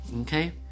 okay